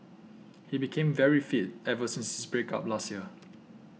he became very fit ever since his break up last year